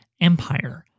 empire